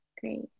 great